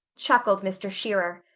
chuckled mr. shearer.